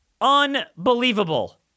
Unbelievable